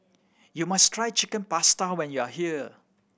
you must try Chicken Pasta when you are here